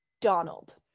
Donald